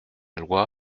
loi